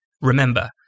Remember